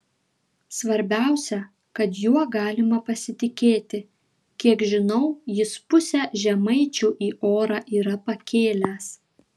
svarbiausia kad juo galima pasitikėti kiek žinau jis pusę žemaičių į orą yra pakėlęs